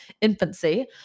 infancy